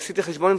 עשיתי חשבון,